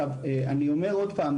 היושב-ראש,